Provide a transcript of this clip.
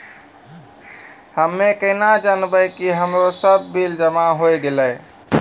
हम्मे केना जानबै कि हमरो सब बिल जमा होय गैलै?